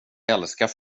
älskar